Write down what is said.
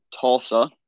Tulsa